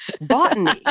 botany